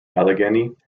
allegheny